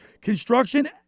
construction